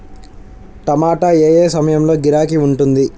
టమాటా ఏ ఏ సమయంలో గిరాకీ ఉంటుంది?